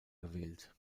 gewählt